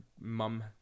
mum